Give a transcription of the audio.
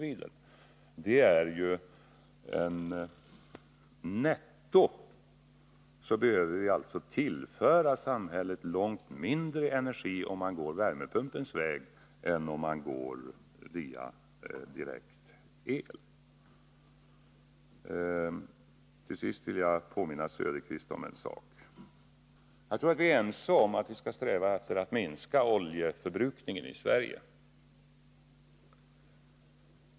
Netto behöver vi alltså tillföra samhället långt mindre energi om vi går värmepumpsvägen än om vi går via direktel. Till sist vill jag påminna Oswald Söderqvist om en sak. Jag tror att vi är ense om att vi skall sträva efter att minska oljeförbrukningen i Sverige.